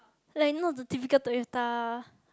like you know the typical Toyota